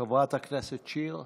חברת הכנסת שיר,